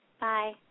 Bye